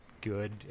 good